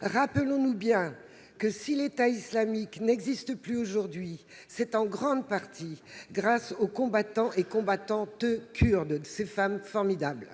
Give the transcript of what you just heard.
Rappelons-nous bien que, si l'État islamique n'existe plus aujourd'hui, c'est en grande partie grâce aux combattants et combattantes kurdes- je pense notamment à ces femmes formidables.